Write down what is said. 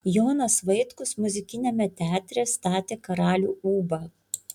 jonas vaitkus muzikiniame teatre statė karalių ūbą